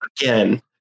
Again